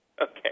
Okay